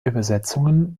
übersetzungen